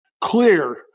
clear